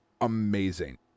amazing